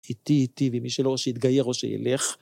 איתי, איתי, ומי שלא, שיתגייר או שילך.